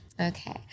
Okay